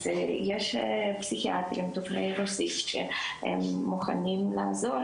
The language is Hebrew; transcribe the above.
אז יש פסיכיאטרים דוברי רוסית שהם מוכנים לעזור